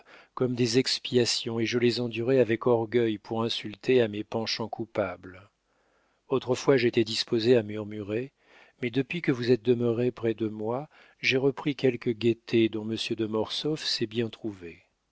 comme des expiations et je les endurais avec orgueil pour insulter à mes penchants coupables autrefois j'étais disposée à murmurer mais depuis que vous êtes demeuré près de moi j'ai repris quelque gaieté dont monsieur de mortsauf s'est bien trouvé